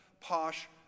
posh